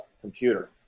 computer